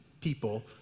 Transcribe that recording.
people